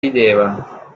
rideva